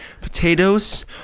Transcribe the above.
Potatoes